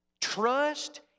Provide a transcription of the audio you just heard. Trust